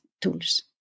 tools